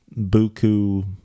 buku